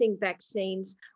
vaccines